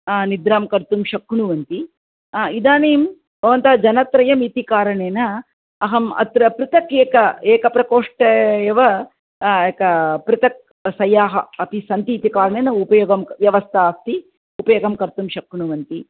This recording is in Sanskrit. निद्रां कर्तुं शक्नुवन्ति इदानीं भवन्तः जनत्रयमिति कारणेन अहम् अत्र पृथक् एकं एकप्रकोष्ठे एव एकं पृथक् शय्याः अपि सन्ति इति कारणेन उपयोगं व्यवस्था अस्ति उपयोगं कर्तुं शक्नुवन्ति